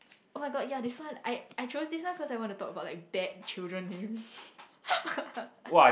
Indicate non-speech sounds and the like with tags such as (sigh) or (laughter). oh-my-god ya this one I I chose this one cause I want to talk about like bad children names (breath) (laughs)